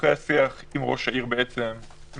אחרי השיח עם ראש העיר בעצם מתגבשת